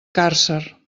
càrcer